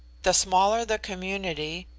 the smaller the community,